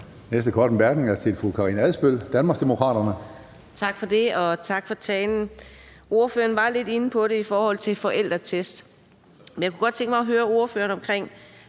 næste korte bemærkning er til fru Karina Adsbøl, Danmarksdemokraterne. Kl. 22:29 Karina Adsbøl (DD): Tak for det, og tak for talen. Ordføreren var lidt inde på det i forhold til forældretest, men jeg kunne godt tænke mig at høre ordføreren omkring